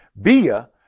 via